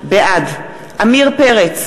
בעד עמיר פרץ,